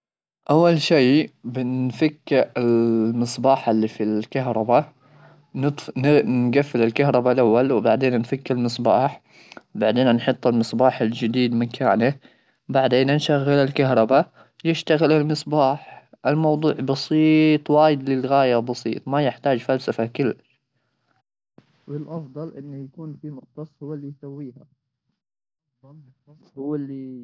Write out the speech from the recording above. اول شيء نفتح الحقيبه لين لازم طبعا نحط ننظم فيها الملابس بطريقه منظمه لان كل ما كانت الشنطه منظمه اكثر يعني تاخذ عدد اكبر من الملابس ,وبعدين نحط الملابس التيشيرت السراويل في اماكن بحيث انها برضو تاخذ اكبر عدد ممكن ,وننظم الشنطه ,وبعدين نغلق الشنطه ونقفل السوست.